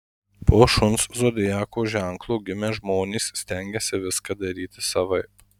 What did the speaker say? po šuns zodiako ženklu gimę žmonės stengiasi viską daryti savaip